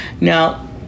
Now